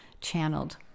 channeled